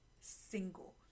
single